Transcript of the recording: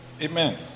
Amen